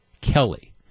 Kelly